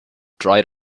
dried